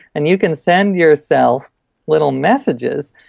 and you can send yourself little messages.